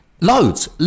Loads